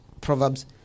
Proverbs